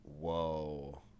Whoa